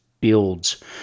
builds